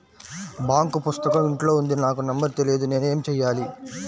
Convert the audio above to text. Bank పుస్తకం ఇంట్లో ఉంది నాకు నంబర్ తెలియదు నేను ఏమి చెయ్యాలి?